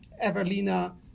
Evelina